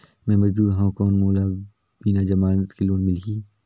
मे मजदूर हवं कौन मोला बिना जमानत के लोन मिलही?